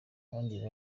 abandi